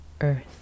earth